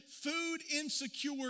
food-insecure